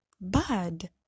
bad